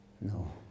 no